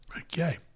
Okay